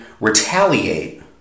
retaliate